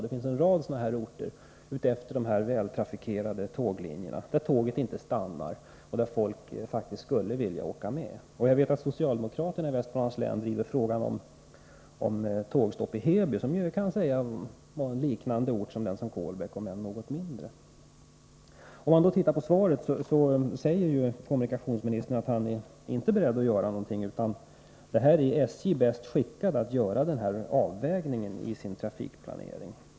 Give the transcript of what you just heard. Det finns en rad sådana här orter utefter de vältrafikerade linjerna där tågen inte stannar men där folk faktiskt skulle vilja åka med. Jag vet att socialdemokraterna i Västmanlands län driver frågan om tågstopp i Heby, som kan sägas vara en liknande ort som Kolbäck, om än något mindre. I svaret säger ju kommunikationsministern att han inte är beredd att göra någonting utan att SJ är bäst skickat att göra denna avvägning i sin trafikplanering.